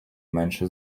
менше